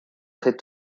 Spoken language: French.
très